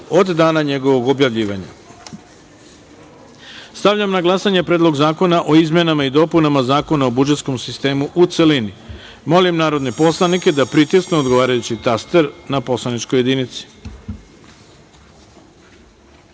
od dana njegovog objavljivanja. Stavljam na glasanje Predlog zakona o izmenama i dopunama Zakona o budžetskom sistemu, u celini. Molim narodne poslanike da pritisnu odgovarajući taster na poslaničkoj